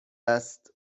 است